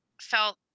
felt